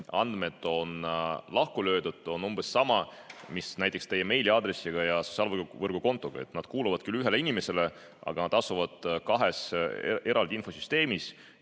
andmed on lahku löödud, on umbes sama, mis näiteks teie meiliaadressiga ja sotsiaalvõrgu kontoga. Nad kuuluvad küll ühele inimesele, aga asuvad kahes eraldi infosüsteemis